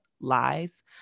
lies